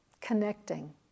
connecting